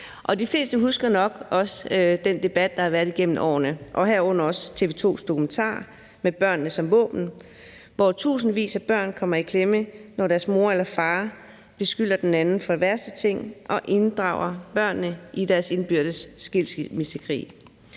De fleste husker også nok den debat, der har været gennem årene, og herunder også TV 2's dokumentar »Med børnene som våben«, hvor tusindvis af børn kommer i klemme, når deres mor eller far beskylder den anden for de værste ting og inddrager børnene i deres indbyrdes skilsmissekrig.